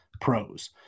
pros